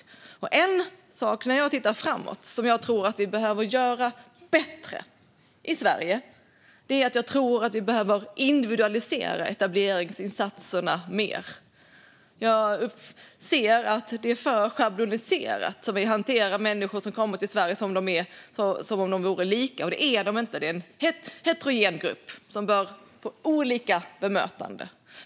En sak som jag när jag tittar framåt tror att vi behöver göra bättre i Sverige är att individualisera etableringsinsatserna mer. Jag anser att vi hanterar människor som kommer till Sverige för schabloniserat, som om de vore lika. Det är de inte. Det är en heterogen grupp som bör få olika bemötande.